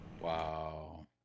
wow